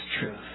truth